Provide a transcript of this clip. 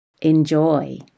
enjoy